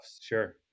Sure